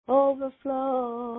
overflow